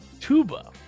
Tuba